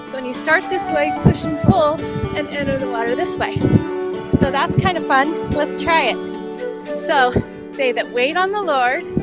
so when you start this way push and pull and enter the water this way so that's kind of fun let's try it so they that wait on the lord